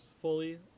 fully